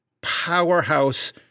powerhouse